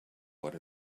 what